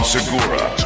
Segura